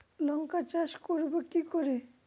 লঙ্কা চাষ করব কি করে?